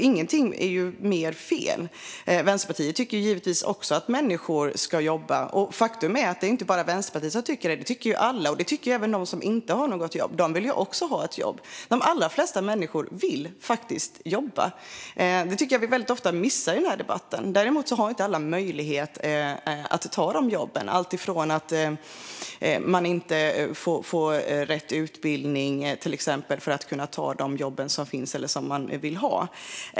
Ingenting är mer fel. Vänsterpartiet tycker givetvis också att människor ska jobba. Faktum är att det inte bara är Vänsterpartiet som tycker så, utan det tycker alla. Det tycker även de som inte har något jobb; de vill också ha ett jobb. De allra flesta människor vill faktiskt jobba. Det missar vi ofta i debatten. Däremot har inte alla möjlighet att ta jobben. Det kan vara fråga om att de inte får rätt utbildning för att ta de jobb som finns eller som de vill ha.